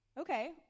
okay